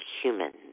humans